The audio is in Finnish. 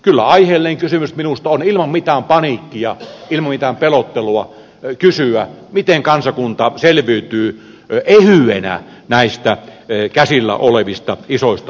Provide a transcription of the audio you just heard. kyllä aiheellinen kysymys minusta on ilman mitään paniikkia ilman mitään pelottelua se miten kansakunta selviytyy ehyenä näistä käsillä olevista isoista ongelmista